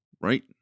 right